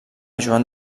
joan